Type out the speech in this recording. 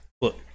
look